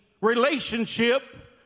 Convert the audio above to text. relationship